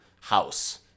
house